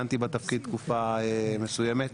כיהנתי בתפקיד תקופה מסוימת.